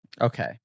Okay